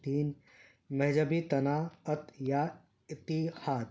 تین مجبی تناعت یا اتحات